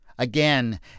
Again